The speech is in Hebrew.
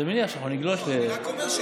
אז אני מניח שכבר נגלוש, אני רק אומר,